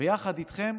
ויחד איתכם